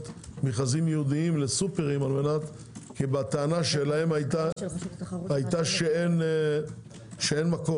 מכרזים ייעודיים לסופרים כי הטענה שלהם הייתה שאין מקום.